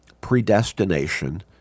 predestination